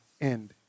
end